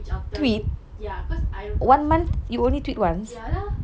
macam childhood ya cause I ya lah